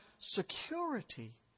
security